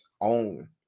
own